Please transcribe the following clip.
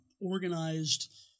organized